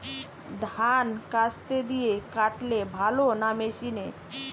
ধান কাস্তে দিয়ে কাটলে ভালো না মেশিনে?